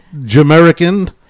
Jamaican